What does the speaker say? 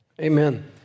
Amen